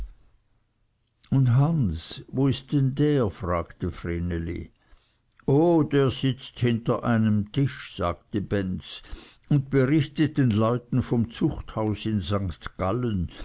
und hans wo ist denn der frug vreneli oh der sitzt hinter einem tische sagte benz und berichtet den leuten vom zuchthaus in st gallen